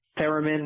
theremin